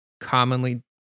commonly